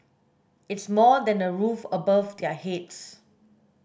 it's more than a roof above their heads